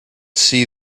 see